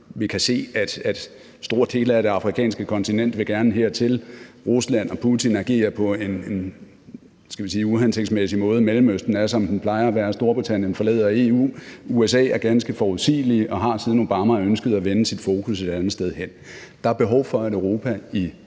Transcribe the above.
af befolkningen på det afrikanske kontinent gerne vil hertil, Rusland og Putin agerer på en, skal vi sige uhensigtsmæssig måde, Mellemøsten er, som det plejer at være, Storbritannien forlader EU, USA er ganske forudsigeligt og har siden Obama ønsket at vende sit fokus et andet sted hen. Der er behov for, at Europa i